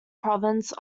province